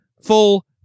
full